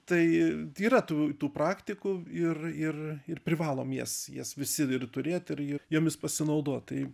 tai yra tų tų praktikų ir ir ir privalom jas jas visi ir turėt ir ir jomis pasinaudot tai